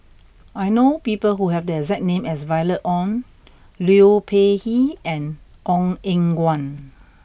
I know people who have the exact name as Violet Oon Liu Peihe and Ong Eng Guan